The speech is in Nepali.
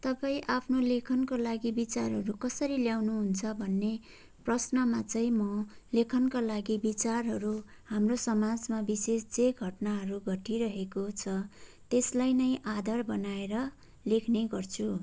तपाईँ आफ्नो लेखनको लागि विचारहरू कसरी ल्याउनुहुन्छ भन्ने प्रश्नमा चाहिँ म लेखनका लागि विचारहरू हाम्रो समाजमा विशेष जे घटनाहरू घटिरहेको छ त्यसलाई नै आधार बनाएर लेख्ने गर्छु